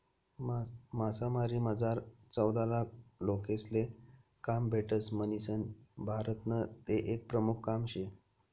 मासामारीमझार चौदालाख लोकेसले काम भेटस म्हणीसन भारतनं ते एक प्रमुख काम शे